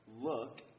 look